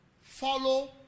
follow